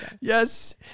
yes